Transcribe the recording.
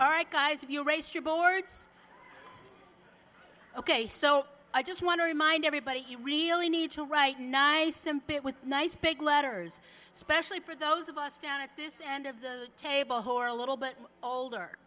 all right guys if you race your boards ok so i just want to remind everybody you really need to write nice simple it was nice big letters especially for those of us down at this end of the table who are a little bit older